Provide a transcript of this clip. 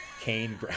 Cain